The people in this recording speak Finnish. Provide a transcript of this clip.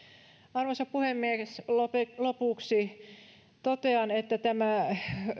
arvoisa puhemies lopuksi lopuksi totean että tämä